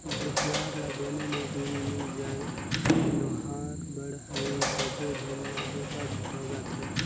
भूथियार ला बनी मजदूरी मिल जाय लोहार बड़हई सबो झन ला बूता भेंटाय जाथे